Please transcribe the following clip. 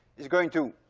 is going to